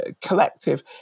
collective